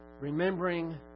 remembering